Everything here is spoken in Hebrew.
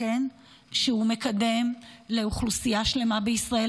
שהוא מקדם לאוכלוסייה שלמה בישראל,